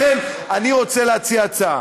לכן אני רוצה להציע הצעה,